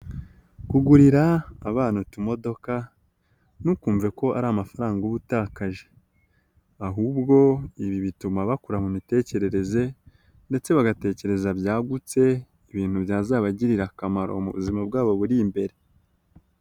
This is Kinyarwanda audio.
Kugurira abana utumodoka ntukumve ko ari amafaranga uba utakaje, ahubwo ibi bituma bakura mu mitekerereze ndetse bagatekereza byagutse ibintu byazabagirira akamaro mu buzima bwabo buri imbere.